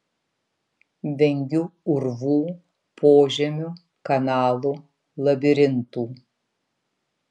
vengiu urvų požemių kanalų labirintų